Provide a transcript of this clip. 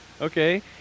Okay